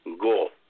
go